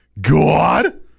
god